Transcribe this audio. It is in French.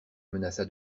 menaça